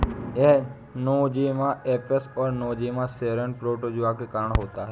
यह Nosema apis और Nosema ceranae protozoa के कारण होता है